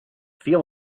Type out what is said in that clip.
feel